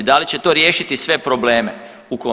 Da li će to riješiti sve probleme?